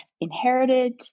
inherited